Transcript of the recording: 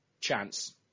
chance